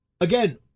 Again